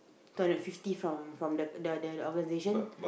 two hundred fifty from from the the the organisation